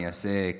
אני אעשה קהוט.